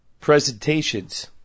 presentations